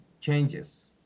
changes